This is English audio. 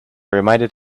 reminded